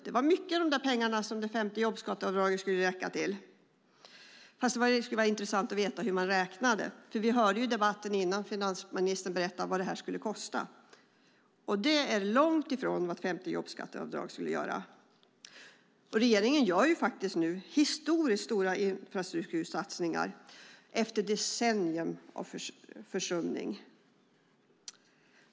Det är mycket som pengarna för det femte jobbskatteavdraget ska räcka till. Men det skulle vara intressant att veta hur man räknade. Vi hörde tidigare i debatten finansministern berätta vad detta skulle kosta, och det är långt ifrån vad ett femte jobbskatteavdrag skulle kosta. Regeringen gör nu historiskt stora infrastruktursatsningar efter decennier av försummelse.